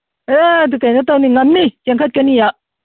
ꯑꯦ ꯑꯗꯨ ꯀꯩꯅꯣ ꯇꯧꯅꯤ ꯉꯝꯅꯤ ꯆꯦꯟꯈꯠꯀꯅꯤ ꯑꯩꯍꯥꯛ